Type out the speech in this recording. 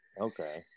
okay